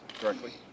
directly